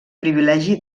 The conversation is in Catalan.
privilegi